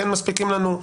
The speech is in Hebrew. או כן מספיקים לנו".